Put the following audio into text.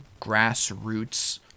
grassroots